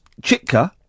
Chitka